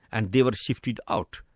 and they were shifted out.